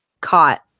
caught